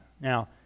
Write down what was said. now